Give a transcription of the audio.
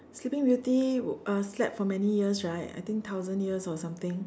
sleeping beauty uh slept for many years right I think thousand years or something